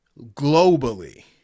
globally